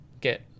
get